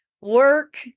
work